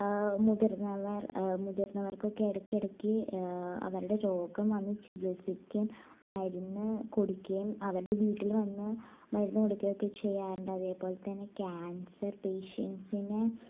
മുതിർന്നവർ മുതിർന്നവർക്കൊക്കെ ഇടയ്ക്കിടയ്ക്ക് അവരുടെ രോഗം വന്ന് ചികിൽസിച്ച് മരുന്ന് കുടിക്കുകയും അവരുടെ വിട്ടിൽ വന്ന് മരുന്ന് കൊടുക്കുകയൊക്കെ ചെയ്യാറുണ്ട് അതേപോലെ തന്നെ ക്യാൻസർ പേഷ്യൻസിനെ